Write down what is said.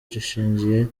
gishingiye